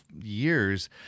years